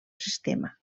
sistema